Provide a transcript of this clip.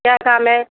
क्या काम है